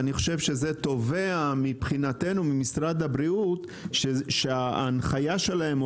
אני חושב שזה תובע מבחינתנו ממשרד הבריאות שההנחיה שלהם,